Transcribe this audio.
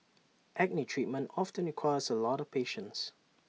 acne treatment often requires A lot of patience